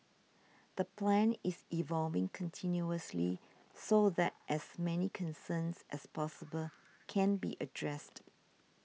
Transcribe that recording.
the plan is evolving continuously so that as many concerns as possible can be addressed